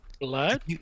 Blood